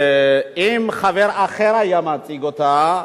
שאם חבר אחר היה מציג אותה,